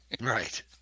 Right